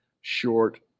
short